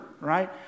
right